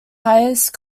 highest